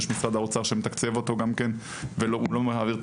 יש את משרד האוצר שמתקצב אותו ולא מעביר את